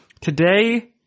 Today